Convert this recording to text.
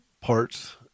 parts